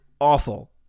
awful